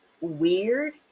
weird